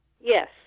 Yes